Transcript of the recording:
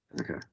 Okay